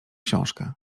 książkę